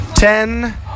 Ten